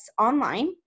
online